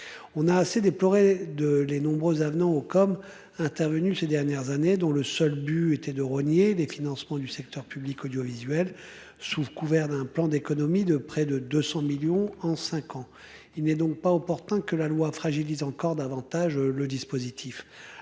On a assez déploré de les nombreux avenant au COM intervenues ces dernières années, dont le seul but était de rogner les financements du secteur public audiovisuel sous le couvert d'un plan d'économies de près de 200 millions en 5 ans, il n'est donc pas opportun que la loi fragilise encore davantage le dispositif